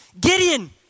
Gideon